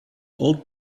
old